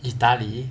italy